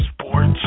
Sports